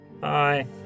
Bye